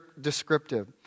descriptive